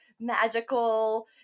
magical